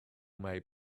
made